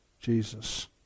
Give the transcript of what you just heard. Jesus